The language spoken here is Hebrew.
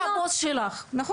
אני לא שואלת מי הבוס שלך, נכון?